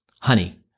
honey